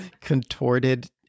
contorted